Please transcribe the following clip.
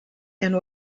and